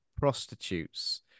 prostitutes